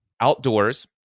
outdoors